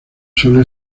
suele